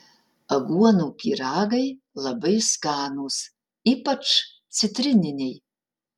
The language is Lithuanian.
aguonų pyragai labai skanūs ypač citrininiai